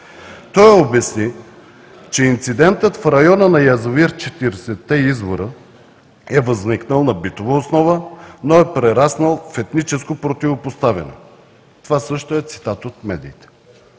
Той обясни, че инцидентът в района на язовир „Четиридесетте извора“ е възникнал на битова основа, но е прераснал в етническо противопоставяне. Това също е цитат от медиите.